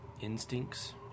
Instincts